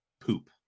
Poop